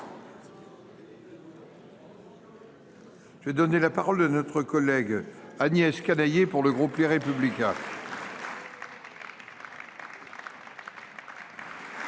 Je vais donner la parole de notre collègue Agnès Canayer pour le groupe Les Républicains.